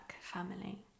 family